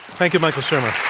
thank you, michael shermer.